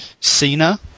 Cena